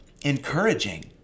encouraging